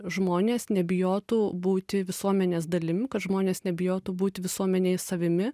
žmonės nebijotų būti visuomenės dalim kad žmonės nebijotų būti visuomenėj savimi